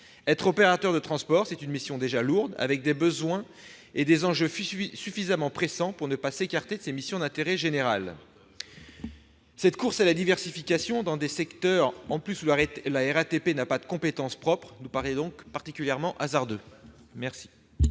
Être opérateur de transport, c'est déjà une mission lourde, avec des besoins et des enjeux suffisamment pressants pour ne pas s'écarter de ses missions d'intérêt général. Cette course à la diversification, dans des secteurs où la RATP n'a pas de compétences propres, nous paraît particulièrement hasardeuse.